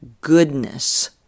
goodness